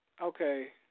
Okay